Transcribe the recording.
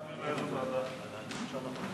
להעביר לאיזו ועדה שאנחנו נבקש.